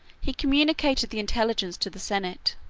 he communicated the intelligence to the senate.